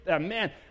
Man